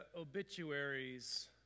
obituaries